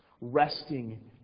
resting